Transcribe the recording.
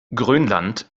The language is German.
grönland